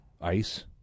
Ice